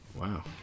Wow